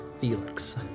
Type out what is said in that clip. Felix